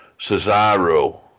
Cesaro